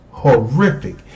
Horrific